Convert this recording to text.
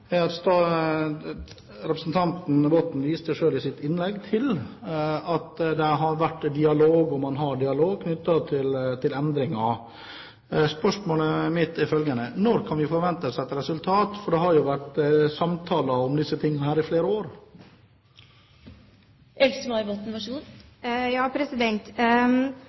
i NIS? Representanten Botten viste selv i sitt innlegg til at det har vært dialog, og at man har dialog, knyttet til endringer. Spørsmålet mitt er følgende: Når kan vi forvente et resultat, for det har jo vært samtaler om disse tingene i flere år?